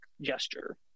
gesture